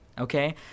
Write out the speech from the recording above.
Okay